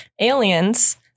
aliens